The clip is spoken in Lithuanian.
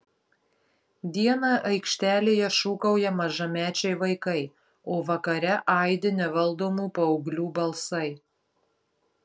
dieną aikštelėje šūkauja mažamečiai vaikai o vakare aidi nevaldomų paauglių balsai